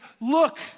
look